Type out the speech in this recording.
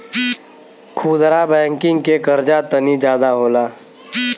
खुदरा बैंकिंग के कर्जा तनी जादा होला